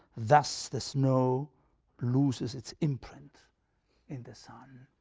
thus the snow loses its imprint in the sun.